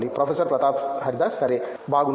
professor Pratap Haridas సరే బాగుంది